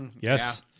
yes